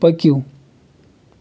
پٔکِو